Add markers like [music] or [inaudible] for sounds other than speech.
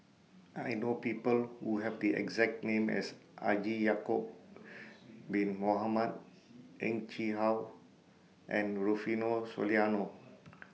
I know People Who Have The exact name as Haji Ya'Acob Bin Mohamed Heng Chee How and Rufino Soliano [noise]